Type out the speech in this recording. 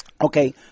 Okay